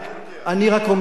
אני רק מדבר אתך,